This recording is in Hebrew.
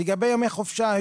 לגבי ימי חופשה,